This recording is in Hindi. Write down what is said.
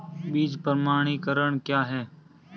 बीज प्रमाणीकरण क्या है?